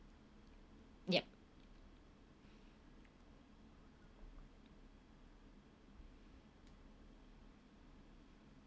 yup